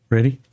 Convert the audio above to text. Ready